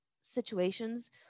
situations